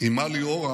אימה ליאורה,